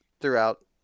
throughout